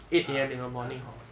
ah ah